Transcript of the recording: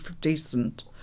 decent